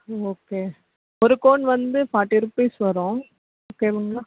ம் ஓகே ஒரு கோன் வந்து ஃபார்ட்டி ருப்பீஸ் வரும் ஓகேங்களா